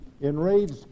enraged